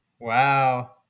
Wow